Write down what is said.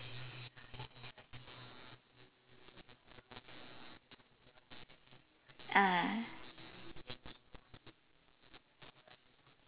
ah